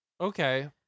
Okay